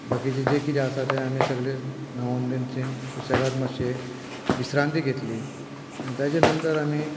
बाकीचे जे कितें आसा ते आमी न्हावून बी सुशेगाद मातशे विश्रांती घेतली आनी ताचे नंतर आमी